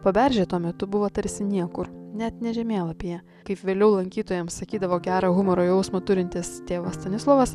paberžė tuo metu buvo tarsi niekur net ne žemėlapyje kaip vėliau lankytojams sakydavo gerą humoro jausmą turintis tėvas stanislovas